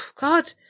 God